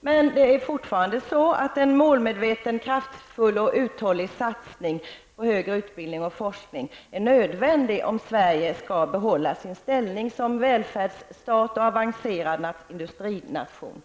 Men det är fortfarande så att målmedveten, kraftfull och uthållig satsning på högre utbildning och forskning är nödvändig, om Sverige skall behålla sin ställning som välfärdsstat och avancerad industrination.